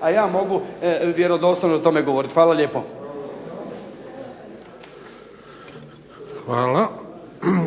A ja mogu vjerodostojno o tome govoriti. Hvala lijepo. **Bebić, Luka (HDZ)** Hvala.